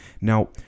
now